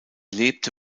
lebte